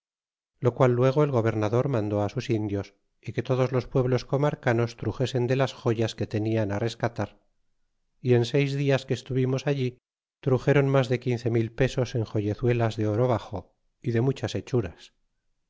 lo qual luego el gobernador mandó susindios y que todos los pueblos comarcanos truxesen de las joyas que tenian rescatar y en seis dias que estuvimos allí truxeron mas de quince mil pesos en joyezuelas de oro baxo y de muchas hechuras